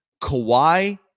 Kawhi